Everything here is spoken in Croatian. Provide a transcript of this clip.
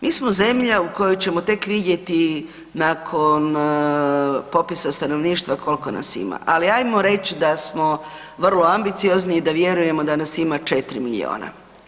Mi smo zemlja u kojoj ćemo tek vidjeti nakon popisa stanovništva koliko nas ima, ali ajmo reći da smo vrlo ambiciozni i da vjerujemo da nas ima 4 miliona.